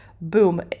Boom